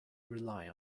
rely